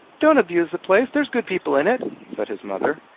don't abuse the place there's good people in it, said his mother.